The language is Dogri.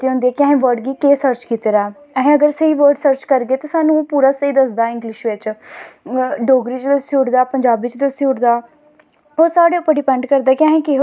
अच्चा जियां साढ़े घरै च अपनां दिक्को इसलै अपनां घरे च साढ़े दुद्द घ्यौ मक्खन होंदा हा हर चीज़ होंदियां हां अज्ज कल हर चीज़ बनौटी आई